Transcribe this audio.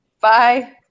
Bye